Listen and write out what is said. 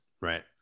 right